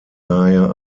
daher